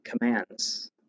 commands